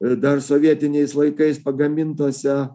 ir dar sovietiniais laikais pagamintuose